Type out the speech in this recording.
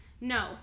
No